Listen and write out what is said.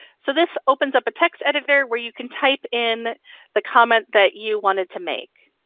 so this opens up a text editor where you can type in the comment that you wanted to make.